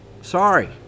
Sorry